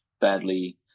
badly